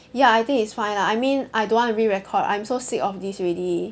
ya I think it's fine lah I mean I don't want to re-record I'm so sick of this already